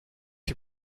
you